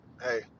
hey